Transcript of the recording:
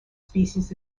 species